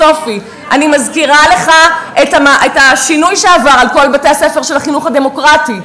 אני מזכירה לך את השינוי שעבר על כל בתי-הספר של החינוך הדמוקרטי,